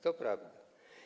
To prawda.